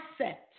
asset